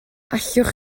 allwch